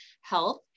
health